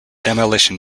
demolition